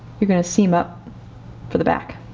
you're going to seam up for the back,